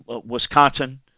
Wisconsin